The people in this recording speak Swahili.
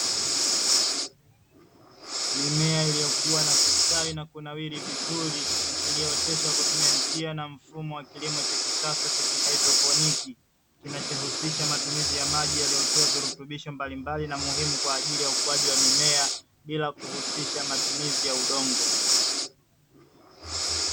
Mimea iliyokua na kustawi na kunawiri vizuri, iliyooteshwa kwa kutumia njia na mfumo wa kilimo cha kisasa cha haidroponiki, kinachohusisha matumizi ya maji yaliyotiwa virutubisho mbalimbali na muhimu kwa ajili ya ukuaji wa mimea bila kuhusisha matumizi ya udongo.